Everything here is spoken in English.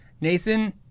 Nathan